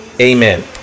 Amen